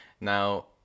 now